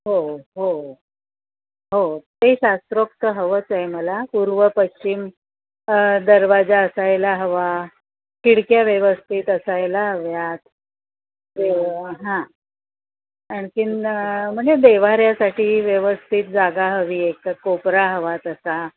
हो हो हो हो हो ते शास्त्रोक्त हवंच आहे मला पूर्व पश्चिम दरवाजा असायला हवा खिडक्या व्यवस्थित असायला हव्यात हां आणखीन म्हणजे देवाऱ्यासाठी व्यवस्थित जागा हवी एक कोपरा हवा तसा